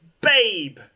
Babe